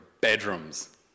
bedrooms